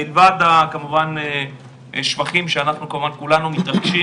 מלבד כמובן השבחים שאנחנו כמובן כולנו מתרגשים